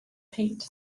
paint